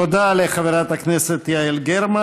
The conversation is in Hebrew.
תודה לחברת הכנסת יעל גרמן.